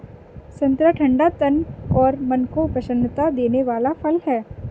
संतरा ठंडा तन और मन को प्रसन्नता देने वाला फल है